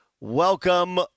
welcome